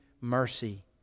mercy